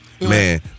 Man